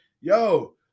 yo